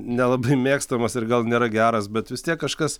nelabai mėgstamas ir gal nėra geras bet vis tiek kažkas